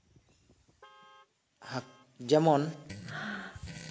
ᱡᱮᱢᱚᱱ